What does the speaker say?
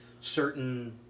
certain